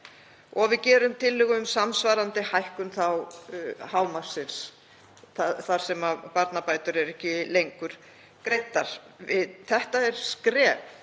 Við gerum tillögu um samsvarandi hækkun hámarksins, þar sem barnabætur eru ekki lengur greiddar. Það er skref